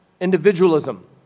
individualism